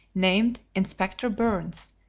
named inspector byrnes,